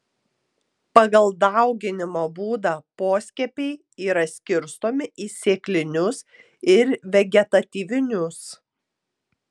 pagal dauginimo būdą poskiepiai yra skirstomi į sėklinius ir vegetatyvinius